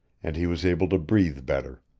and he was able to breathe better.